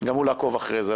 גם הוא לעקוב אחר זה.